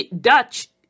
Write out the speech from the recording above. Dutch